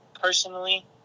personally